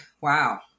Wow